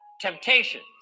temptations